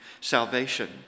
salvation